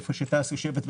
היכן שתע"ש יושבת,